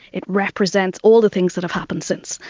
it represents all the things that have happened since.